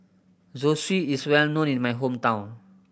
zosui is well known in my hometown